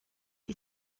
you